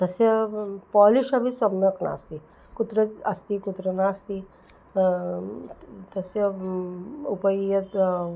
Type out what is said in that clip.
तस्य पालिश् अपि सम्यक् नास्ति कुत्र अस्ति कुत्र नास्ति तस्य उपरि यत्